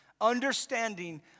understanding